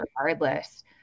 regardless